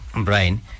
Brian